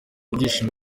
ibyishimo